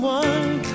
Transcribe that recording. one